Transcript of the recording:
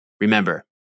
Remember